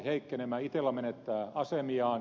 itella menettää asemiaan